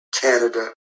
Canada